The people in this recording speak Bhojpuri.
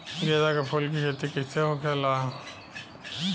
गेंदा के फूल की खेती कैसे होखेला?